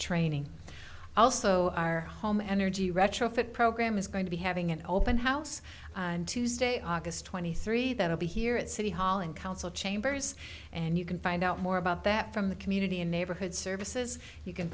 training also our home energy retrofit program is going to be having an open house on tuesday aug twenty three that will be here at city hall in council chambers and you can find out more about that from the community and neighborhood services you can